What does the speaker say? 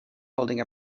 holding